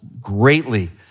greatly